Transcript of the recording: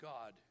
God